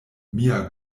mia